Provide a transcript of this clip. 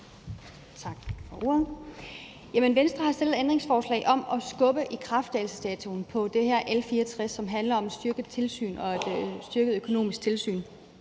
Tak for ordet. Venstre har stillet et ændringsforslag om at skubbe ikrafttrædelsesdatoen i det her lovforslag, L 64, som handler om et styrket tilsyn og et styrket økonomisk tilsyn.